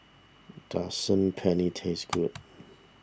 does Saag Paneer taste good